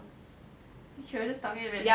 she was just talking randomly